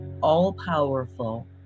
all-powerful